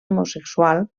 homosexual